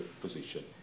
position